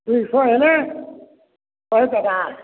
ଦୁଇଶହ ହେଲେ ଶହେ ଟଙ୍କା